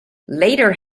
later